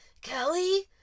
kelly